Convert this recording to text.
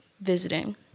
visiting